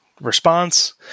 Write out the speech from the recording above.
response